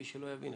מי שלא יבין,